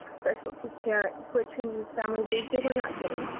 specialty care, which in these families, they they were not getting.